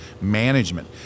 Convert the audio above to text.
management